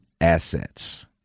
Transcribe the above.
assets